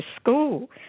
school